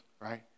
right